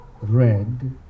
red